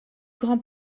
grand